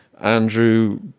Andrew